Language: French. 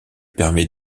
permet